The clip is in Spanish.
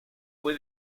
fue